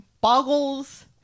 boggles